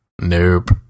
Nope